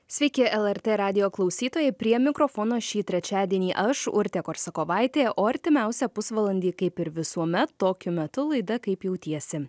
sveiki lrt radijo klausytojai prie mikrofono šį trečiadienį aš urtė korsakovaitė o artimiausią pusvalandį kaip ir visuomet tokiu metu laida kaip jautiesi